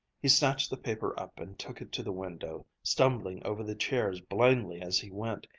he snatched the paper up and took it to the window, stumbling over the chairs blindly as he went.